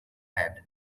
hand